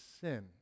sin